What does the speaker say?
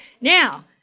Now